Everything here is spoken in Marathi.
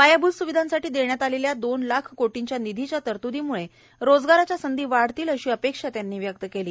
पायाभूत स्वविधांसाठी देण्यात आलेल्या दोन लाख कोर्टीच्या विधीच्या तर्यूदीमुळे रोजगायस्या संधी वाव्तील अशी अपेक्षा त्यांनी क्यक्त केली